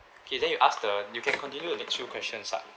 okay then you ask the you can continue the next few question ah